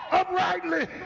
uprightly